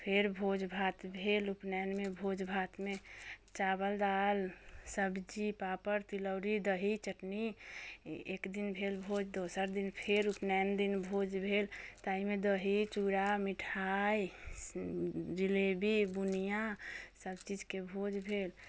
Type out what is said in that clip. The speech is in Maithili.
फेर भोज भात भेल उपनैनमे भोजभात मे चावल दालि सब्जी पापड़ तिलौड़ी दही चटनी एक दिन भेल भोज दोसर दिन फेर उपनैन दिन भोज भेल तैमे दही चूड़ा मिठाइ जिलेबी बुनिआ सभचीजके भोज भेल